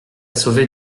sauver